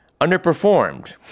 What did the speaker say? underperformed